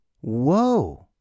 whoa